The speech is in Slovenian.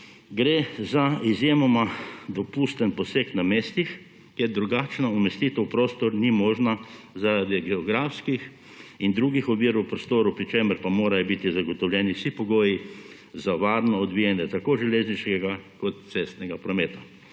Gre za izjemoma dopusten poseg na mestih, kjer drugačna umestitev v prostor ni možna zaradi geografskih in drugih ovir v prostoru, pri čemer pa morajo biti zagotovljeni vsi pogoji za varno odvijanje tako železniškega kot cestnega prometa.